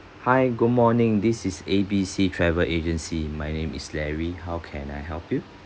hi good morning this is A B C travel agency my name is larry how can I help you